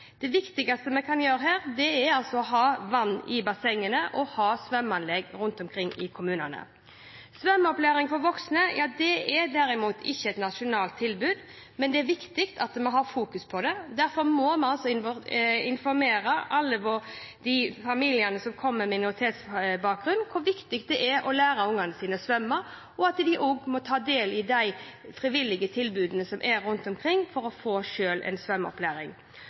Det viktigste vi kan gjøre, er å ha vann i bassengene og svømmeanlegg i kommunene. Svømmeopplæring for voksne er derimot ikke et nasjonalt tilbud, men det er viktig at vi fokuserer på det. Derfor må vi informere alle familiene med minoritetsbakgrunn som kommer, om hvor viktig det er å lære barna å svømme, og at de også må ta del i de frivillige tilbudene som er, for selv å få